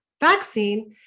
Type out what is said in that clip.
vaccine